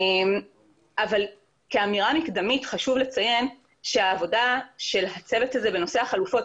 אבל כאמירה מקדמית חשוב לציין שהעבודה של הצוות הזה בנושא החלופות,